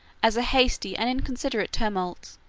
as a hasty and inconsiderate tumult,